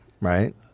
right